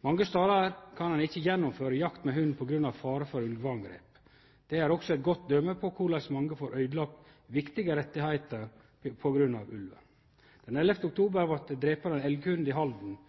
Mange stader kan ein ikkje gjennomføre jakt med hund på grunn av faren for ulveangrep. Dette er også eit godt døme på korleis mange får øydelagd viktige rettar på grunn av ulven. Den 11. oktober vart det drepe ein elghund i Halden,